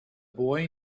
boy